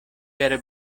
per